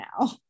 now